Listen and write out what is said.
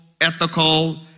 ethical